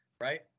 right